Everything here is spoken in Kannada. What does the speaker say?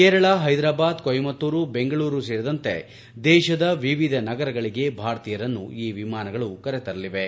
ಕೇರಳ ಪ್ಲೆದರಾಬಾದ್ ಕೊಯಮತ್ತೂರು ಬೆಂಗಳೂರು ಸೇರಿದಂತೆ ದೇಶದ ವಿವಿಧ ನಗರಗಳಿಗೆ ಭಾರತೀಯರನ್ನು ಈ ವಿಮಾನಗಳು ಕರೆತರಲಿವೆ